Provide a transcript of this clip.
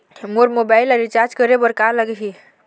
मोर mobile ला recharge करे बर का लगही?